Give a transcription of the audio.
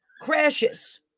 crashes